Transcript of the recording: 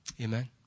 Amen